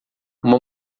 uma